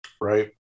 Right